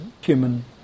human